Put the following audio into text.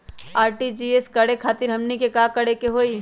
RTGS करे खातीर हमनी के का करे के हो ई?